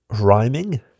Rhyming